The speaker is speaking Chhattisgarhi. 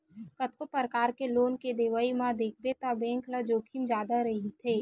कतको परकार के लोन के देवई म देखबे त बेंक ल जोखिम जादा रहिथे